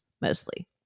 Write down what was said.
mostly